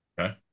Okay